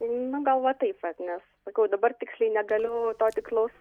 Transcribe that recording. nu gal va taip vat nes sakau dabar tiksliai negaliu to tikslaus